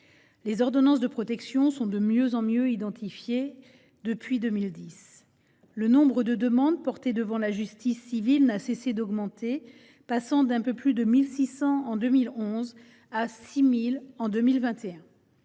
Les ordonnances de protection sont de mieux en mieux identifiées depuis 2010. Le nombre de demandes portées devant la justice civile n’a cessé d’augmenter, passant d’un peu plus de 1 600 en 2011 à près de 6 000 en 2021.